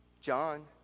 John